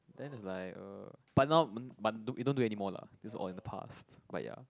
then it's like err but now but we don't do anymore lah it's all in the past but ya